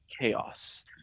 chaos